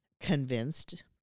convinced